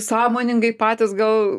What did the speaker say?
sąmoningai patys gal